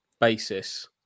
basis